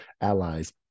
Allies